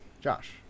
josh